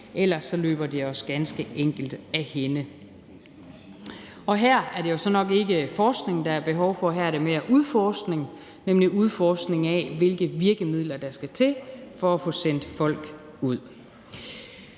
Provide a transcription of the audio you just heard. ellers løber det os ganske enkelt af hænde. Og her er det så nok ikke forskning, der er behov for. Her er det mere udforskning, nemlig udforskning af, hvilke virkemidler der skal til for at få sendt folk ud.